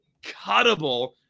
cuttable